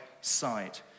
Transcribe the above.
side